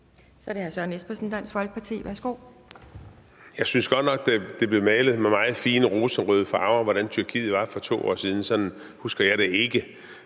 Så er det hr. Søren Espersen, Dansk Folkeparti. Værsgo. Kl. 14:01 Søren Espersen (DF): Jeg synes godt nok, det blev malet med meget fine rosenrøde farver, hvordan Tyrkiet var for 2 år siden. Sådan husker jeg det ikke,